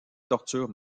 tortures